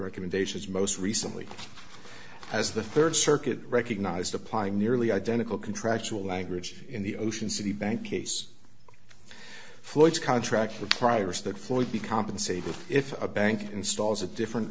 recommendations most recently as the rd circuit recognized applying nearly identical contractual language in the ocean city bank case floyd's contract for priors that floyd be compensated if a bank installs a different